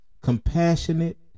compassionate